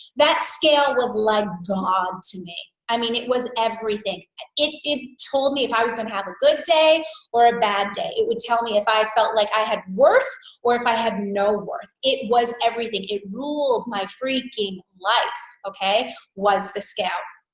that scale was like god to me i mean it was everything it it told me if i was gonna have a good day or a bad day it would tell me if i felt like i had worth or if i had no worth it was everything it ruled my freaking life okay was the scale